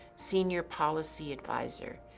senior policy advisor,